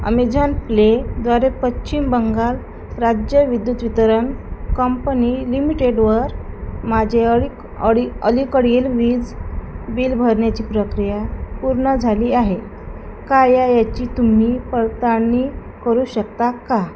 Amazon प्लेद्वारे पश्चिम बंगाल राज्य विद्युत वितरण कंपनी लिमिटेडवर माझे अडी अडी अलीकडील वीज बिल भरण्याची प्रक्रिया पूर्ण झाली आहे का या याची तुम्ही पडताळनी करू शकता का